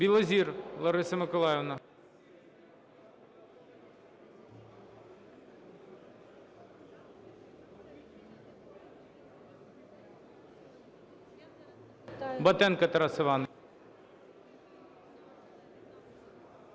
Білозір Лариса Миколаївна. Батенко Тарас Іванович.